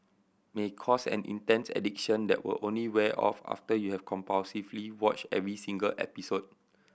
may cause an intense addiction that will only wear off after you have compulsively watched every single episode